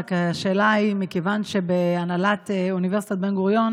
רק השאלה היא: מכיוון שבהנהלת אוניברסיטת בן-גוריון